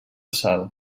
sal